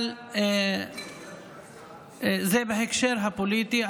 אבל זה בהקשר הפוליטי.